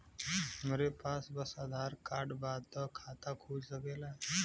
हमरे पास बस आधार कार्ड बा त खाता खुल सकेला?